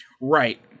right